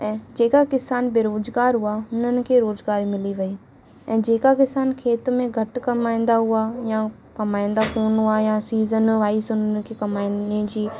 ऐं जेका किसान बेरोज़गार हुआ हुननि खे रोज़गार मिली वई ऐं जेका किसान खेत में घटि कमाईंदा हुआ या कमाईंदा कोन हुआ या सीज़न वाइस हुननि खे कमाइने जी